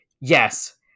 Yes